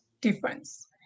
difference